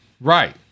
Right